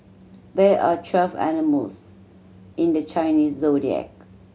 there are twelve animals in the Chinese Zodiac